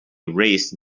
race